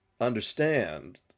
understand